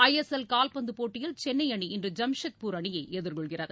ISL கால்பந்துப் போட்டியில் சென்னை அணி இன்று ஜாம்செட்பூர் அணியை எதிர்கொள்கிறது